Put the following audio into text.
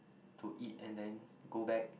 to eat and then go back